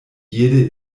jede